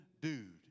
dude